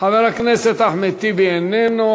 חבר הכנסת אחמד טיבי, איננו.